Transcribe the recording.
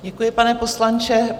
Děkuji, pane poslanče.